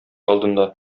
алдында